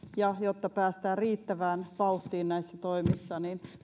ja jotta päästään riittävään vauhtiin näissä toimissa